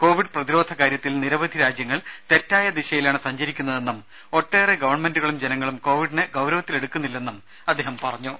Covid പ്രതിരോധ കാര്യത്തിൽ നിരവധി രാജ്യങ്ങൾ തെറ്റായ ദിശയിലാണ് സഞ്ചരിക്കുന്നതെന്നും ഒട്ടേറെ ഗവൺമെന്റുകളും ജനങ്ങളും കോവിഡിനെ ഗൌരവത്തിലെടുക്കുന്നില്ലെന്നും അദ്ദേഹം പറഞ്ഞു